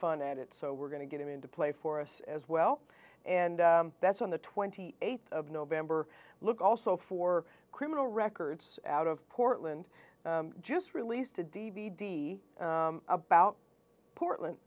fun at it so we're going to get him in to play for us as well and that's on the twenty eighth of november look also for criminal records out of portland just released a d v d about portland